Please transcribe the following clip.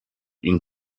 ihnen